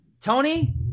Tony